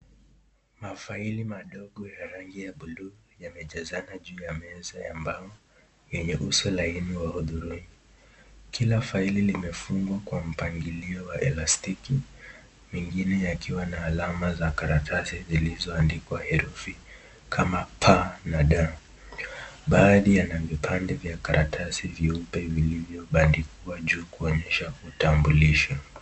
Mafaili madogo ya rangi ya buluu yamejazana juu ya meza ya mbao yenye uso laini ya hudhurungi. Kila faili limefungwa kwa mipangilio wa elastiki mengine yakiwa na alama za karatasi zilizoandikwa herufi kama P na D. Baadhi yana vipande vya karatasi nyeupe vilivyo bandikwa juu kuonyesha vitambulisho.